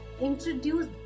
introduce